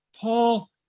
paul